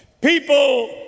People